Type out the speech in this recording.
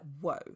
whoa